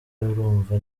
urumva